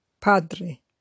Padre